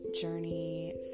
journey